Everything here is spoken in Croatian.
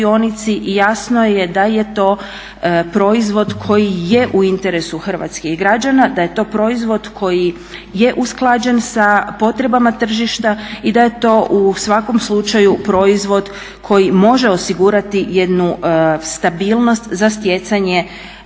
I jasno je da je to proizvod koji je u interesu hrvatskih građana, da je to proizvod koji je usklađen sa potrebama tržišta i da je to u svakom slučaju proizvod koji može osigurati jednu stabilnost za stjecanje